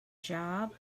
job